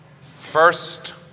First